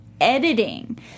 editing